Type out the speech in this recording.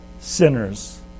sinners